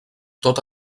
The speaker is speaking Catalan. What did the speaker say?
tot